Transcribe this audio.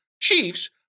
Chiefs